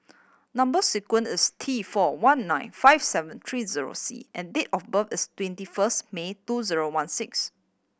number sequence is T four one nine five seven three zero C and date of birth is twenty first May two zero one six